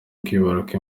kwibaruka